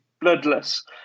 bloodless